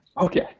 Okay